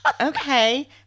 okay